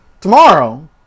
Tomorrow